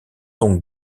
donc